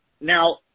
now